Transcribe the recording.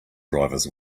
drivers